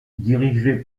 dirigé